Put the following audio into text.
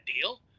deal